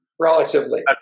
Relatively